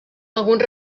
alguns